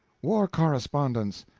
war correspondence!